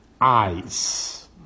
eyes